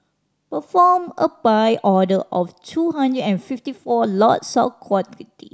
perform a Buy order of two hundred and fifty four lots of equity